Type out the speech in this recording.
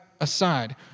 aside